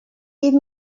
give